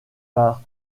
par